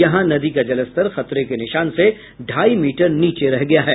यहां नदी का जलस्तर खतरे के निशान से ढ़ाई मीटर नीचे रह गया है